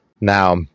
Now